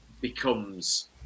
becomes